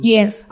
Yes